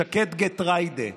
שקד גטריידה.